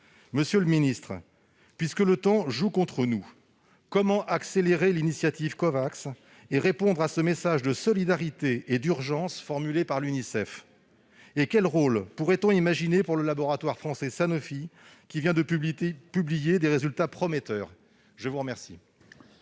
Monsieur le secrétaire d'État, puisque le temps joue contre nous, comment accélérer l'initiative Covax et répondre à ce message de solidarité et d'urgence formulé par l'Unicef ? Quel rôle pourrait-on imaginer pour le laboratoire français Sanofi, qui vient de publier des résultats prometteurs ? La parole